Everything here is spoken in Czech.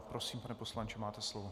Prosím, pane poslanče, máte slovo.